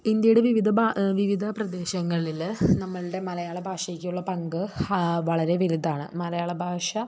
ഇന്ത്യയുടെ വിവിധ വിവിധ പ്രദേശങ്ങളിൽ നമ്മളുടെ മലയാള ഭാഷയ്ക്കുള്ള പങ്ക് വളരെ വലുതാണ് മലയാളഭാഷ